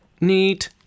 Neat